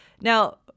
Now